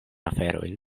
aferojn